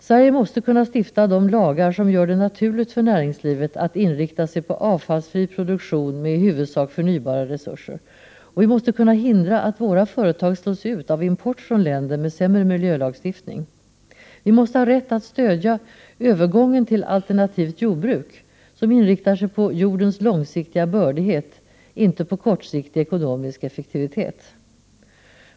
Sverige måste kunna stifta de lagar som gör det naturligt för näringslivet att inrikta sig på avfallsfri produktion med i huvudsak förnybara resurser. Vi måste också kunna hindra att våra företag slås ut av import från länder med sämre miljölagstiftning. Vi måste ha rätt att stödja övergången till alternativt jordbruk, som inriktar sig på jordens långsiktiga bördighet — inte på kortsiktig ekonomisk effektivitet.